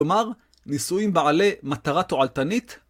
כלומר, ניסויים בעלי מטרה תועלתנית.